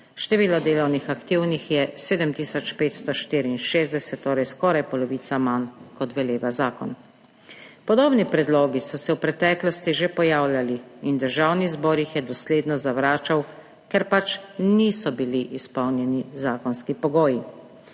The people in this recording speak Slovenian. Število delovno aktivnih je 7 tisoč 564, torej skoraj polovico manj kot veleva zakon. Podobni predlogi so se v preteklosti že pojavljali in Državni zbor jih je dosledno zavračal, ker niso bili izpolnjeni zakonski pogoji.